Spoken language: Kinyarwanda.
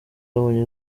yabonye